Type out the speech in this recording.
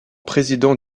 président